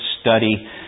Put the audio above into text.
study